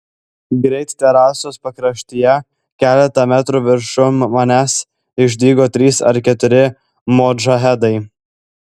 greit terasos pakraštyje keletą metrų viršum manęs išdygo trys ar keturi modžahedai